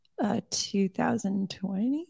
2020